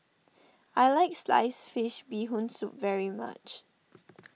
I like Sliced Fish Bee Hoon Soup very much